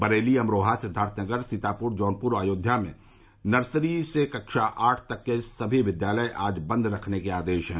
बरेली अमरोहा सिद्वार्थनगर सीतापुर जौनपुर अयोध्या में नर्सरी से कक्षा आठ तक के सभी विद्यालय आज बंद रखने के आदेश हैं